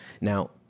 Now